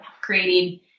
creating